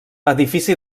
edifici